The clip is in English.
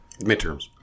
Midterms